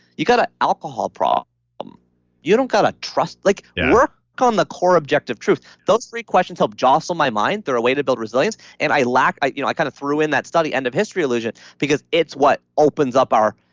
you got an alcohol problem um you don't get a trust like work on the core objective truth. those three questions help jostle my mind. they're a way to build resilience and i lack, i you know i kind of threw in that study, end of history illusion, because it's what opens up our,